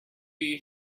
you